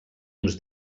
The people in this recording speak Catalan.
uns